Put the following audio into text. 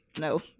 No